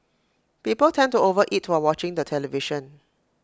people tend to over eat while watching the television